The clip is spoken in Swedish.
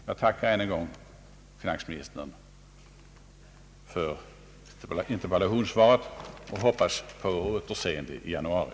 Jag tackar än en gång finansministern för interpellationssvaret och hoppas på återseende i januari!